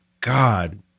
God